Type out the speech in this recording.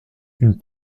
une